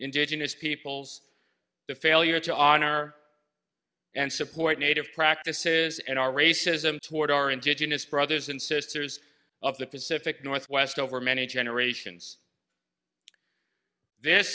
indigenous peoples the failure to honor and support native practices and our racism toward our indigenous brothers and sisters of the pacific northwest over many generations this